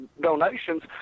donations